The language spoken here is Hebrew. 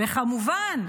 כמובן,